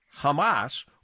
Hamas